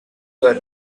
her